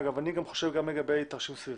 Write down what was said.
אגב, אני גם חושב לגבי תרשים סביבה.